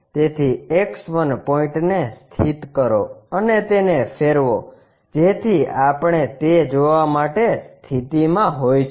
તેથી આ X1 પોઇન્ટને સ્થિત કરો અને તેને ફેરવો જેથી આપણે તે જોવા માટે સ્થિતિમાં હોઈશું